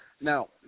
Now